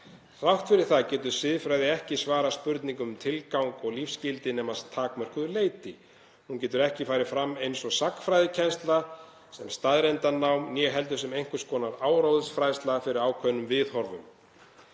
Þrátt fyrir það getur siðfræðin ekki svarað spurningum um tilgang og lífsgildi nema að takmörkuðu leyti. Hún getur ekki farið fram eins og sagnfræðikennsla, sem staðreyndanám, né heldur sem einhvers konar áróðursfærsla fyrir ákveðnum viðhorfum.